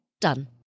done